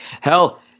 Hell